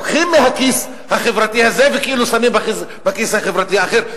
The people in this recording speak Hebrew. לוקחים מהכיס החברתי הזה וכאילו שמים בכיס החברתי האחר.